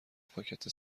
پاکت